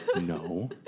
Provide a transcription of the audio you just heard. No